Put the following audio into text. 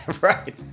right